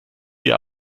dir